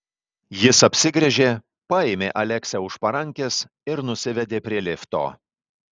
jis apsigręžė paėmė aleksę už parankės ir nusivedė prie lifto